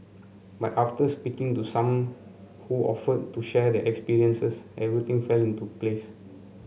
but after speaking to some who offered to share their experiences everything fell into place